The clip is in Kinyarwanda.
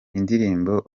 indirimbo